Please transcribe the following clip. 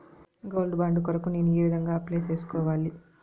Gold bond కొరకు నేను ఏ విధంగా అప్లై సేసుకోవాలి?